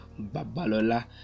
Babalola